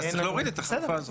אז צריך להוריד את החפיפה הזאת.